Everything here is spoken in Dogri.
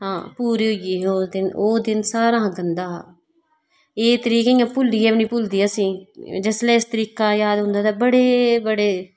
हां पूरे होई गै उस दिन ओह् दिन सारे शा गंदा हा एह् तरीक इयां भुल्ली बी नेईं भुलदी आसेंगी जिसले इस तरीका दा याद औंदा बडे़ बडे़